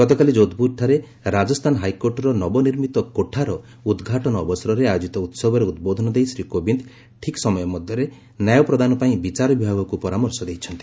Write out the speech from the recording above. ଗତକାଲି ଯୋଧପୁରଠାରେ ରାଜସ୍ଥାନ ହାଇକୋର୍ଟର ନବନିର୍ମିତ କୋଠାର ଉଦ୍ଘାଟନ ଅବସରରେ ଆୟୋଜିତ ଉତ୍ସବରେ ଉଦ୍ବୋଧନ ଦେଇ ଶ୍ୱୀ କୋବିନ୍ଦ ଠିକ ସମୟରେ ନ୍ୟାୟ ପ୍ରଦାନ ପାଇଁ ବିଚାର ବିଭାଗକୁ ପରାମର୍ଶ ଦେଇଛନ୍ତି